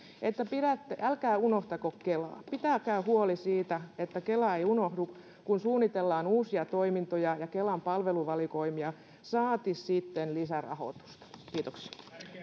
että älkää unohtako kelaa pitäkää huoli siitä että kela ei unohdu kun suunnitellaan uusia toimintoja ja kelan palveluvalikoimia saati sitten lisärahoitusta kiitoksia